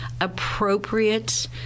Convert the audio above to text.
appropriate